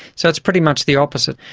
so it's pretty much the opposite.